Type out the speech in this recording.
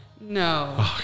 No